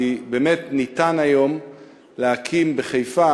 כי ניתן היום להקים בחיפה.